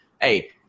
Hey